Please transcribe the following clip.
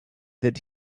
that